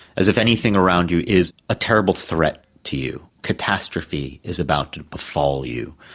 as if anything around you is a terrible threat to you, catastrophe is about to befall you.